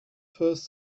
first